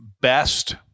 best